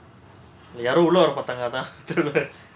யாரோ உள்ள வரப்பார்த்தாங்க அதான்:yaaro ulla vara paarthaanga adhaan